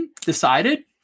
decided